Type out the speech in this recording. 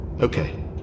Okay